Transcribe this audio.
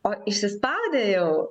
o išsispaudę jau